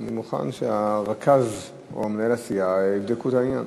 אני מוכן שהרכז או מנהל הסיעה יבדקו את העניין.